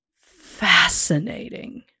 fascinating